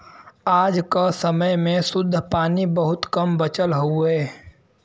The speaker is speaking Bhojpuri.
आज क समय में शुद्ध पानी बहुत कम बचल हउवे